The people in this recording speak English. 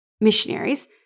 Missionaries